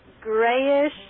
grayish